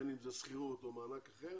בין אם זה שכירות או מענק אחר,